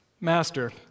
Master